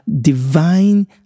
divine